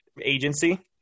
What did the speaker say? agency